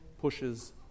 pushes